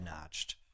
notched